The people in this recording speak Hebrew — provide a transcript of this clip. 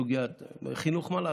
בסוגיית החינוך, מה לעשות.